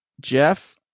Jeff